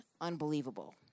unbelievable